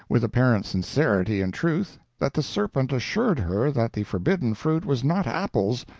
with apparent sincerity and truth, that the serpent assured her that the forbidden fruit was not apples,